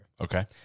Okay